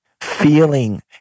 feeling